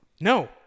No